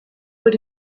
what